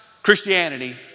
Christianity